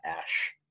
Ash